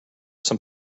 some